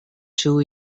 two